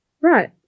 Right